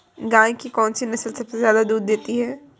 गाय की कौनसी नस्ल सबसे ज्यादा दूध देती है?